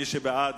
מי שבעד,